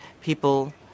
people